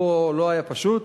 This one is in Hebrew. פה לא היה פשוט,